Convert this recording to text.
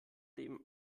dem